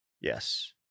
yes